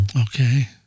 Okay